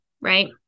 right